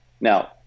Now